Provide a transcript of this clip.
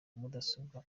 mudasobwa